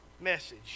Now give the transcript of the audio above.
message